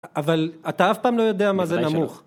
אבל אתה אף פעם לא יודע מה זה נמוך